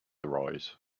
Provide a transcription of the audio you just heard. arise